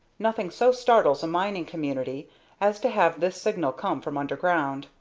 nothing so startles a mining community as to have this signal come from underground.